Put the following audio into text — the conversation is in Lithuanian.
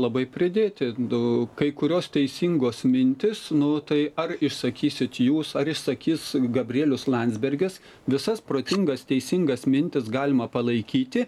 labai pridėti nu kai kurios teisingos mintis nu tai ar išsakysite jūs ar išsakys gabrielius landsbergis visas protingas teisingas mintis galima palaikyti